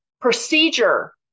procedure